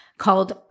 called